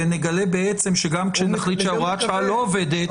נגלה שגם כשנחליט שהוראת השעה לא עובדת,